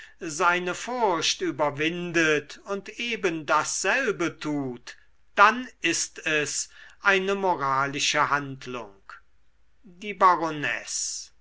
seine furcht überwindet und ebendasselbe tut dann ist es eine moralische handlung die